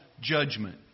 judgment